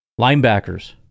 Linebackers